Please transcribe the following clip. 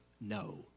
no